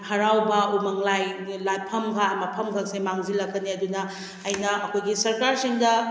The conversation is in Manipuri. ꯍꯔꯥꯎꯕ ꯎꯃꯪ ꯂꯥꯏ ꯂꯥꯠꯐꯝꯒ ꯃꯐꯝꯒꯁꯦ ꯃꯥꯡꯁꯤꯜꯂꯛꯀꯅꯤ ꯑꯗꯨꯅ ꯑꯩꯅ ꯑꯩꯈꯣꯏꯒꯤ ꯁꯔꯀꯥꯔꯁꯤꯡꯗ